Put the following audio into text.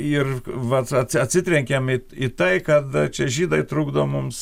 ir vat ats atsitrenkiam į į tai kada čia žydai trukdo mums